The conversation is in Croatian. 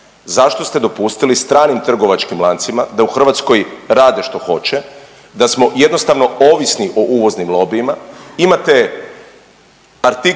Zašto ste dopustili stranim trgovačkim lancima da u Hrvatskoj rade što hoće, da smo jednostavno ovisni o uvoznim lobijima. Imate artikl